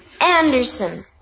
Anderson